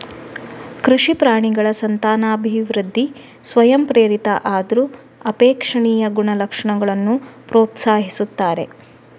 ಕೃಷಿ ಪ್ರಾಣಿಗಳ ಸಂತಾನವೃದ್ಧಿ ಸ್ವಯಂಪ್ರೇರಿತ ಆದ್ರೂ ಅಪೇಕ್ಷಣೀಯ ಗುಣಲಕ್ಷಣಗಳನ್ನ ಪ್ರೋತ್ಸಾಹಿಸ್ತಾರೆ